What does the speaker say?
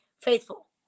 faithful